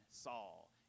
Saul